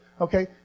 Okay